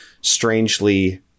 strangely